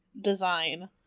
design